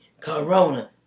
Corona